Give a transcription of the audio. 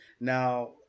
Now